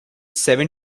seven